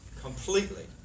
completely